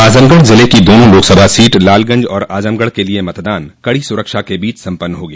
आजमगढ़ जिले की दोनों लोकसभा सीट लालगंज और आजमगढ़ के लिए मतदान कड़ी सुरक्षा के बीच सम्पन्न हो गया